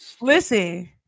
Listen